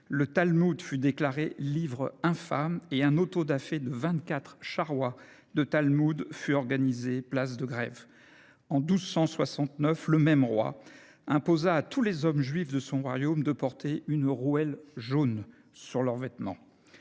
le Talmud fut déclaré « livre infâme » et un autodafé de vingt quatre charrois de Talmuds fut organisé place de Grève. En 1269, le même roi imposa à tous les hommes juifs de son royaume de porter une rouelle jaune sur leurs vêtements.